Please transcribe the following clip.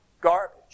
Garbage